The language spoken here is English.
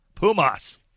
Pumas